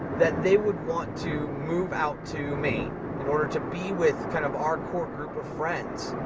that they would want to move out to maine in order to be with kind of our core group of friends